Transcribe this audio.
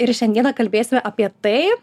ir šiandieną kalbėsime apie tai